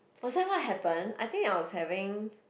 was that what happen I think I was having